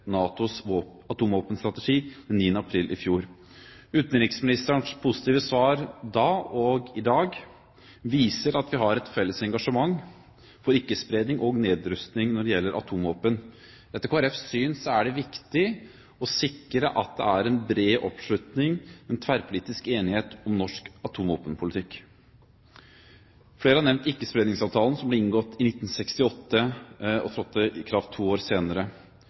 NATOs atomvåpenstrategi den 2. april i fjor. Utenriksministerens positive svar da og i dag viser at vi har et felles engasjement for ikke-spredning og nedrustning når det gjelder atomvåpen. Etter Kristelig Folkepartis syn er det viktig å sikre at det er en bred oppslutning, en tverrpolitisk enighet, om norsk atomvåpenpolitikk. Flere har nevnt Ikke-spredningsavtalen som ble inngått i 1968, og som trådte i kraft to år senere.